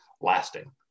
lasting